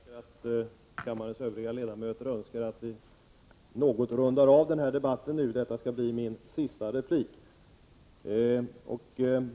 Fru talman! Jag misstänker att kammarens övriga ledamöter önskar att vi nu rundar av den här debatten. Detta skall bli min sista replik.